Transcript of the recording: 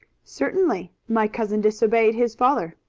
certainly. my cousin disobeyed his father.